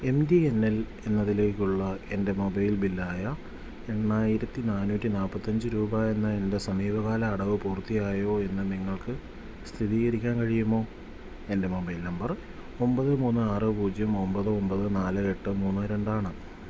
M T N L എന്നതിലേക്കുള്ള എൻ്റെ mobile ബില്ലായ എണ്ണായിരത്തി നാനൂറ്റിനാല്പ്പത്തിയഞ്ച് രൂപ എന്ന എൻ്റെ സമീപകാല അടവ് പൂർത്തിയായോയെന്ന് നിങ്ങൾക്ക് സ്ഥിരീകരിക്കാൻ കഴിയുമോ എൻ്റെ മൊബൈൽ നമ്പര് ഒമ്പത് മൂന്ന് ആറ് പൂജ്യം ഒമ്പത് ഒമ്പത് നാല് എട്ട് മൂന്ന് രണ്ടാണ്